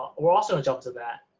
we'll also jump to that,